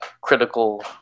critical